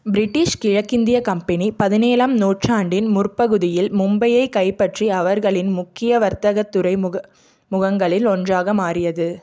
British கிழக்கிந்திய company பதினேழாம் நூற்றாண்டின் முற்பகுதியில் மும்பையை கைப்பற்றி அவர்களின் முக்கிய வர்த்தகத் துறைமுக முகங்களில் ஒன்றாக மாறியது